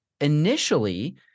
initially